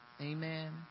Amen